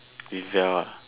if you're